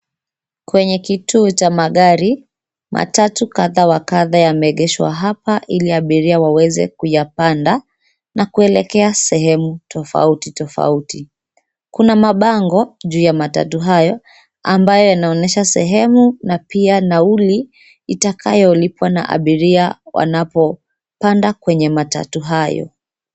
Kwenye kituo cha magari matatu kadha wa kadha yameegeshwa hapa ili abiria waweze kuyapanda na kuelekea sehemu tofauti tofauti. Kuna mabango juu ya matatu hayo ambayo yanaonyesha sehemu na pia nauli itakayolipwa na abiria wanapopanda kwenye matatu hayo.